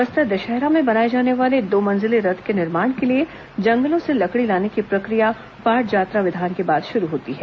बस्तर दशहरा में बनाए जाने वाले दो मंजिले रथ के निर्माण के लिए जंगलों से लकड़ी लाने की प्रक्रिया पाट जात्रा विधान के बाद ही शुरू होती है